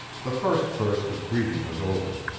the first burst of greeting was over.